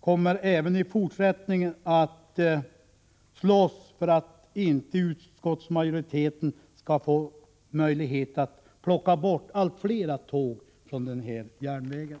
kommer även i fortsättningen att slåss för att utskottsmajoriteten inte skall få möjlighet att plocka bort flera tåg från våra järnvägar.